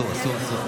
אסור, אסור.